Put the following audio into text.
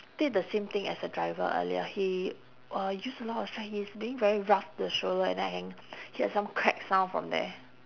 did the same thing as the driver earlier he uh use a lot of strength he's being very rough to the stroller and I can hear some crack sound from there